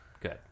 Good